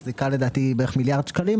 היא מחזיקה בערך 3.5 מיליארד שקלים,